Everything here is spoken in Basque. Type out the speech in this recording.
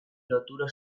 lotura